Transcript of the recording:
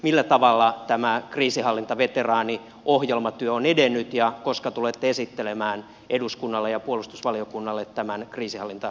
millä tavalla tämä kriisinhallintaveteraaniohjelmatyö on edennyt ja koska tulette esittelemään eduskunnalle ja puolustusvaliokunnalle tämän kriisinhallintaveteraaniohjelman